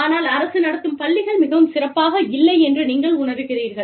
ஆனால் அரசு நடத்தும் பள்ளிகள் மிகவும் சிறப்பாக இல்லை என்று நீங்கள் உணருகிறீர்கள்